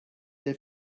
der